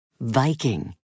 Viking